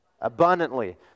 Abundantly